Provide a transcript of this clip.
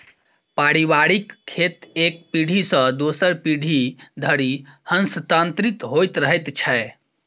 पारिवारिक खेत एक पीढ़ी सॅ दोसर पीढ़ी धरि हस्तांतरित होइत रहैत छै